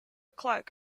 clark